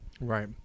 Right